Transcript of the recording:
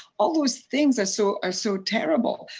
all those things are so are so terrible.